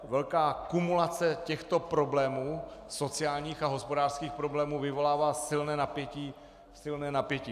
Velká kumulace těchto problémů, sociálních a hospodářských problémů, vyvolává silné napětí.